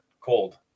cold